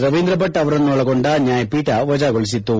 ರವೀಂದ್ರ ಭಟ್ ಅವರನ್ನು ಒಳಗೊಂಡ ನ್ಯಾಯಪೀಠ ವಜಾಗೊಳಿಸಿತು